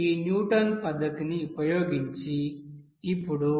ఈ న్యూటన్ పద్ధతిని ఉపయోగించి ఇప్పుడు